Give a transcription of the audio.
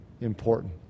important